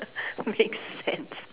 make sense